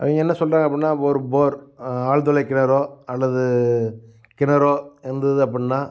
அவங்க என்ன சொல்றாங்க அப்படினா ஒரு போர் ஆழ்துளைக் கிணறோ அல்லது கிணறோ இருந்தது அப்பிடினா